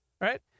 right